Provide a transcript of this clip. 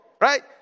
Right